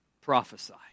prophesy